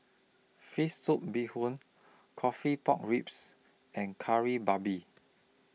Fish Soup Bee Hoon Coffee Pork Ribs and Kari Babi